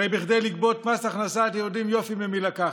הרי כדי לגבות מס הכנסה אתם יודעים יופי ממי לקחת,